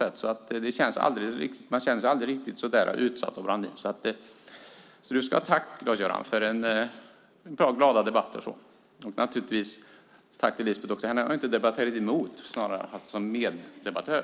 Man känner sig aldrig riktigt utsatt av Brandin. Du ska ha tack, Claes-Göran, för bra och glada debatter. Tack till Lisbeth också. Dig har jag inte debatterat mot, snarare haft som meddebattör.